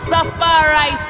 Safari